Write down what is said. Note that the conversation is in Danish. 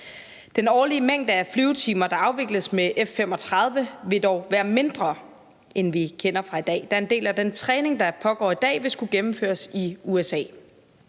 Den årlige mængde af flyvetimer, der afvikles med F-35, vil dog være mindre, end vi kender fra i dag, da en del af den træning, der pågår i dag, vil skulle gennemføres i USA.